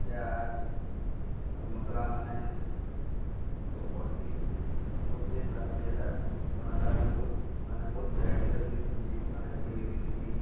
ପିଆଜ୍ ଆଉ ମସ୍ଲାମାନେ ସବୁ ପଡ଼୍ସି ଆଉ ବହୁତ୍ ଟେଷ୍ଟ୍ ଲାଗ୍ସି ହେଟା ବନାଲା ବହୁତ୍ ମାନେ ବହୁତ୍ ଭେରାଇଟିର ଜିନିଷ୍ ଜିନିଷ୍ମାନେ ହେଥି ମିଶିଥିସି